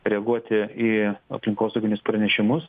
reaguoti į aplinkosauginius pranešimus